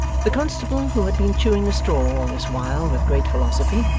the constable, who had been chewing a straw all this while with great philosophy,